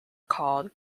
called